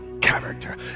character